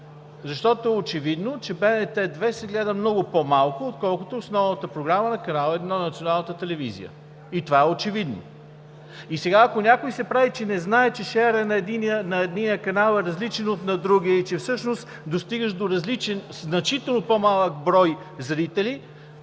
защото е очевидно, че БНТ 2 се гледа много по-малко, отколкото основната програма Канал 1 на Националната телевизия. И това е очевидно! И сега, ако някой се прави, че не знае, че шеърът на единия канал е различен от на другия и че всъщност е достигащ до различен, значително по-малък брой зрители